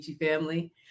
family